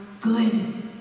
good